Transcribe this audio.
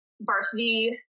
varsity